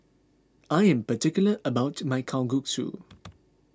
I am particular about my Kalguksu